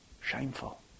shameful